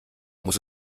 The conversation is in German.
muss